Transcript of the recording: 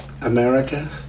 America